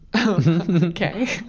Okay